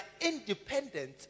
independent